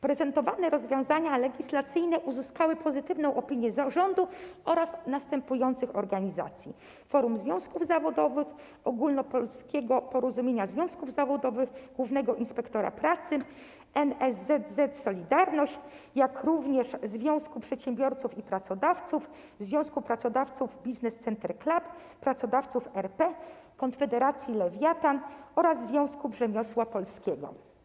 Prezentowane rozwiązania legislacyjne uzyskały pozytywną opinię rządu oraz następujących organizacji: Forum Związków Zawodowych, Ogólnopolskiego Porozumienia Związków Zawodowych, głównego inspektora pracy, NSZZ „Solidarność”, jak również Związku Przedsiębiorców i Pracodawców, Związku Pracodawców Business Centre Club, Pracodawców Rzeczypospolitej Polskiej, Konfederacji Lewiatan oraz Związku Rzemiosła Polskiego.